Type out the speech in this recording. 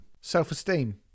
self-esteem